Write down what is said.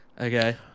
Okay